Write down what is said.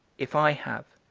if i have,